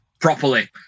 properly